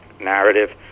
narrative